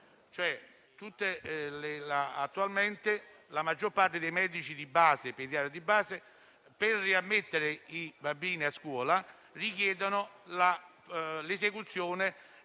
attualmente, la maggior parte dei pediatri di base per riammettere i bambini a scuola richiede l'esecuzione e